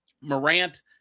Morant